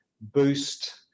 boost